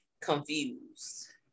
confused